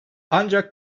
ancak